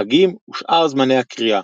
חגים ושאר זמני הקריאה,